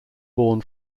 born